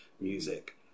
music